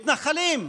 מתנחלים,